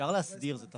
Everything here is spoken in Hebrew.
אפשר להסדיר את זה.